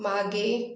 मागे